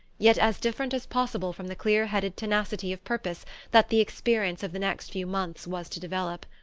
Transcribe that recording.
yet as different as possible from the clear-headed tenacity of purpose that the experience of the next few months was to develop.